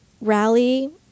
rally